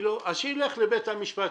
שילך לבית המשפט,